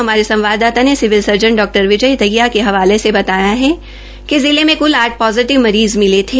हमारे संवाददाता ने सिविल सर्जन डॉ विजय दहिया के हवाले से बताया कि जिले मे कुल आठ पोजिटिव मरीज़ मिले थे